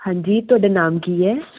ਹਾਂਜੀ ਤੁਹਾਡਾ ਨਾਮ ਕੀ ਹੈ